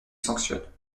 sanctionne